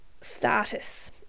status